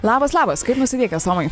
labas labas kaip nusiteikęs tomai